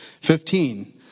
Fifteen